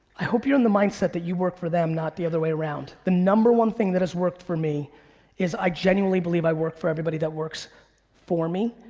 i hope you're in the mindset that you work for them, not the other way around. the number one thing that has worked for me is i genuinely believe i work for everybody that works for me.